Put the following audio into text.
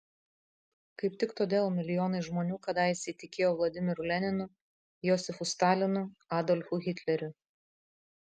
kaip tik todėl milijonai žmonių kadaise įtikėjo vladimiru leninu josifu stalinu adolfu hitleriu